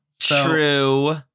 True